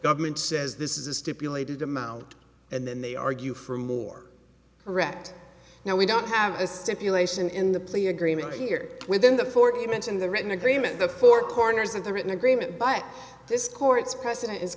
government says this is a stipulated amount and then they argue for a more correct now we don't have a stipulation in the plea agreement here within the four you mentioned the written agreement the four corners of the written agreement but this court's precedent i